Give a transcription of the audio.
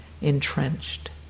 entrenched